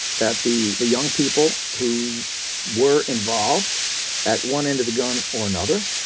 that the the young people who were involved at one end of the gun or another,